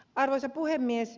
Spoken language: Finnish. arvoisa puhemies